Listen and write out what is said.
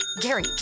Gary